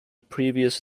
previous